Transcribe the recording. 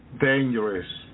dangerous